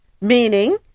meaning